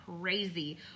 crazy